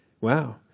Wow